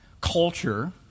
culture